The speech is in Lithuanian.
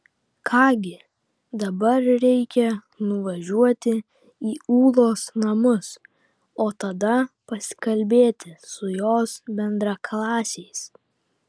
ką gi dabar reikia nuvažiuoti į ūlos namus o tada pasikalbėti su jos bendraklasiais